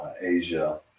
asia